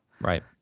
right